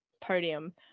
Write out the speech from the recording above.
podium